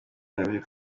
janvier